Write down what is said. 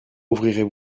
ouvrirez